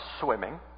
swimming